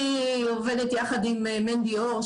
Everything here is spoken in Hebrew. אני עובדת יחד עם מנדי אור,